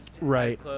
Right